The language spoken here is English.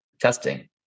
testing